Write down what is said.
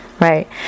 right